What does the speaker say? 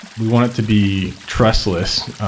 we want it to be trustless.